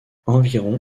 environ